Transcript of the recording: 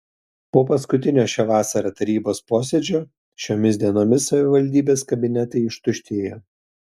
po paskutinio šią vasarą tarybos posėdžio šiomis dienomis savivaldybės kabinetai ištuštėjo